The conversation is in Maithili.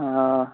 हँ